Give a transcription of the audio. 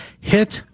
hit